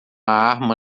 arma